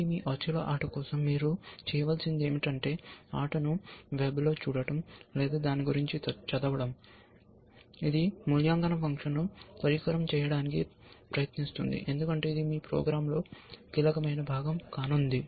కాబట్టి మీ ఒథెల్లో ఆట కోసం మీరు చేయవలసింది ఏమిటంటే ఆటను వెబ్లో చూడటం లేదా దాని గురించి చదవడం ఇది మూల్యాంకన ఫంక్షన్ను పరికరం చేయడానికి ప్రయత్నిస్తుంది ఎందుకంటే ఇది మీ ప్రోగ్రామ్లో కీలకమైన భాగం కానుంది